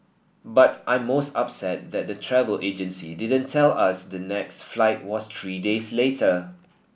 but I'm most upset that the travel agency didn't tell us the next flight was three days later